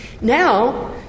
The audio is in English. Now